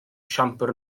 siambr